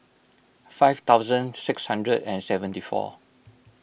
five thousand six hundred and seventy four